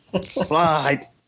Slide